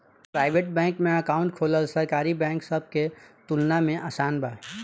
private bank में account खोलल सरकारी बैंक सब के तुलना में आसान बा